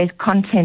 content